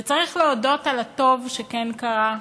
וצריך להודות על הטוב שכן קרה,